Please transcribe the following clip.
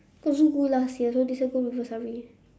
cause zoo go last year so this year go river-safari